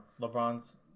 LeBron's